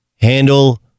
handle